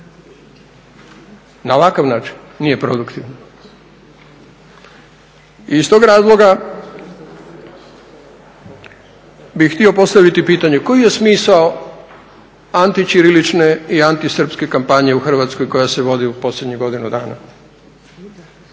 na ovakav način nije produktivna. I iz tog razloga bih htio postaviti pitanje koji je smisao antićirilične i antisrpske kampanje u Hrvatskoj koja se vodi u posljednjih godinu dana.